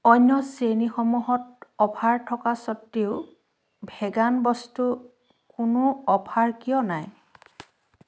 অন্য শ্ৰেণীসমূহত অ'ফাৰ থকা স্বত্ত্বেও ভেগান বস্তু কোনো অ'ফাৰ কিয় নাই